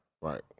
Right